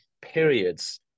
periods